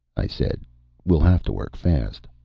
i said we'll have to work fast.